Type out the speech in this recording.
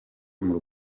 n’u